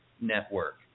network